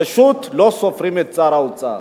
פשוט לא סופרים את שר האוצר.